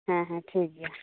ᱦᱮᱸ ᱦᱮᱸ ᱴᱷᱤᱠ ᱜᱮᱭᱟ